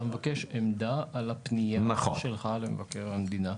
אתה מבקש עמדה על הפנייה שלך למבקר המדינה.